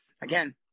again